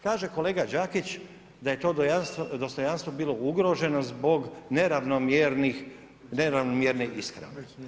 Kaže kolega Đakić da je to dostojanstvo bilo ugroženo zbog neravnomjerne ishrane.